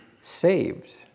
saved